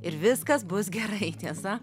ir viskas bus gerai tiesa